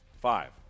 Five